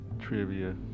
trivia